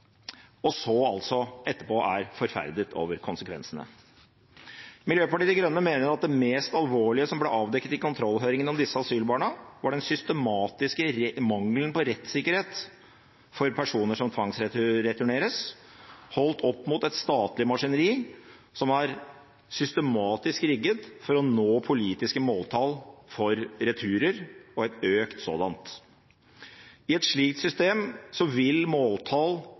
mener at det mest alvorlige som ble avdekket i kontrollhøringen om disse asylbarna, var den systematiske mangelen på rettssikkerhet for personer som tvangsreturneres, holdt opp mot et statlig maskineri som er systematisk rigget for å nå et politisk måltall for returer, og et økt sådant. I et slikt system vil måltall